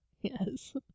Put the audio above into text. Yes